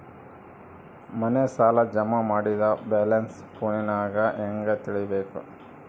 ಮನೆ ಸಾಲ ಜಮಾ ಮಾಡಿದ ಬ್ಯಾಲೆನ್ಸ್ ಫೋನಿನಾಗ ಹೆಂಗ ತಿಳೇಬೇಕು?